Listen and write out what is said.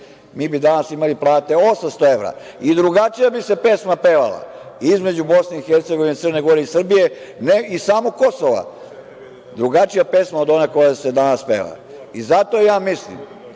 mi bi danas imali plate 800 evra i drugačija bi se pesma pevala između BiH, Crne Gore i Srbije i samog Kosova, drugačija pesma od one koja se danas peva. Zato ja mislim